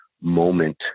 moment